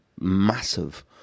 massive